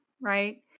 right